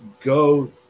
go